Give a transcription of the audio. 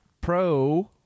pro-